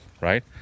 right